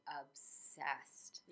obsessed